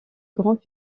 grand